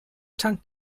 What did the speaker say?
tankt